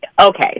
Okay